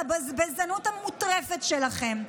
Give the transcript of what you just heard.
על הבזבזנות המוטרפת שלכם,